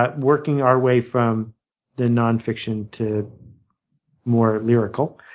ah working our way from the nonfiction to more lyrical.